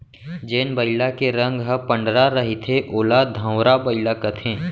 जेन बइला के रंग ह पंडरा रहिथे ओला धंवरा बइला कथें